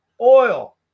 Oil